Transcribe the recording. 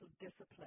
discipline